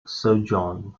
sojourn